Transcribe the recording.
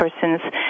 person's